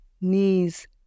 knees